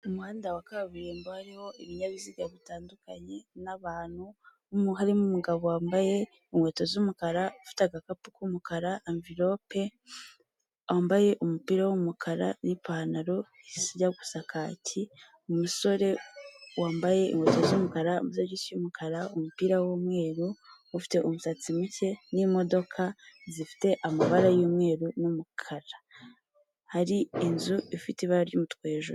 Umuhanda wa kaburimbo hariho ibinyabiziga bitandukanye n'abantu n'umugabo wambaye inkweto z'umukara ufite agakapu k'umukara anvilope, wambaye umupira wumukara nipantaro ijya gusakaki umusore wambaye inkweto z'umukarasi y'umukara umupira w'umweru ufite umusatsi muke n'imodoka zifite amabara y'umweru n'umukara hari inzu ifite ibara ry'umutuku hejuru.